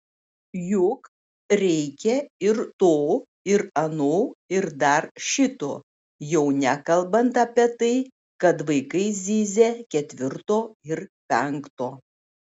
juk reikia ir to ir ano ir dar šito jau nekalbant apie tai kad vaikai zyzia ketvirto ir penkto